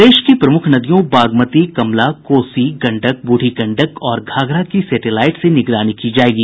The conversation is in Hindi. प्रदेश की प्रमुख नदियों बागमती कमला कोसी गंडक बूढ़ी गंडक और घाघरा की सेटेलाईट से निगरानी की जायेगी